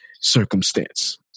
circumstance